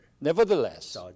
Nevertheless